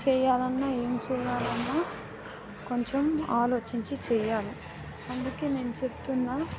చెయ్యాలన్నా ఏం చెయ్యాలన్నా కొంచెం ఆలోచించి చేయాలి అందుకే నేను చెప్తున్నాను